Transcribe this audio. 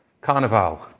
Carnival